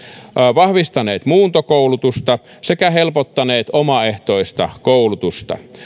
vahvistaneet muuntokoulutusta sekä helpottaneet omaehtoista koulutusta